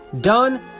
done